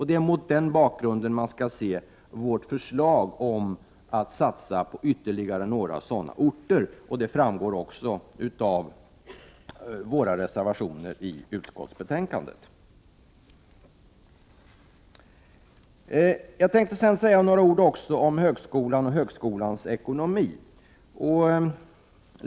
Det är mot den bakgrunden man skall se vårt förslag om att satsa på ytterligare några sådana orter, och det framgår också av våra reservationer i utskottsbetänkandet. Jag tänker också säga några ord om högskolans ekonomi.